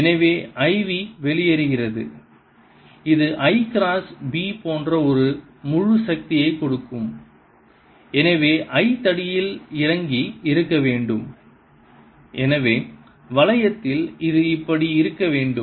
எனவே I v வெளியேறுகிறது இது I கிராஸ் b போன்ற ஒரு முழு சக்தியைக் கொடுக்கும் எனவே I தடியில் இறங்கி இருக்க வேண்டும் எனவே வளையத்தில் இது இப்படி இருக்க வேண்டும்